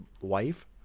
wife